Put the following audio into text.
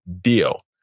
deal